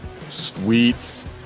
Sweets